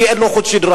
כי אין לו חוט שדרה.